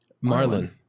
Marlin